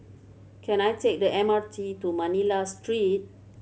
can I take the M R T to Manila Street